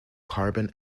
carbon